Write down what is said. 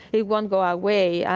it won't go away.